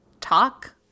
talk